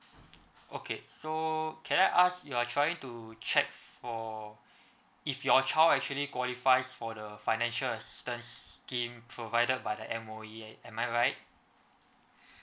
okay so can I ask you are trying to check for if your child actually qualifies for the financial assistance scheme provided by the M_O_E am I right